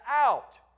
out